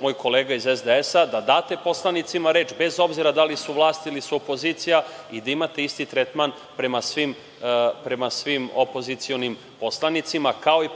moj kolega iz SDS-a, da date poslanicima reč, bez obzira da li su vlasti ili su opozicija, i da imate isti tretman prema svim opozicionim poslanicima, kao i